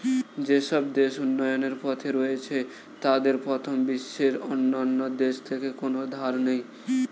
যেসব দেশ উন্নয়নের পথে রয়েছে তাদের প্রথম বিশ্বের অন্যান্য দেশ থেকে কোনো ধার নেই